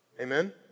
amen